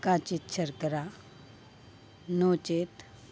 काचित् शर्करा नो चेत्